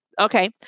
Okay